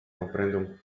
comprende